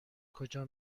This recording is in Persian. کجا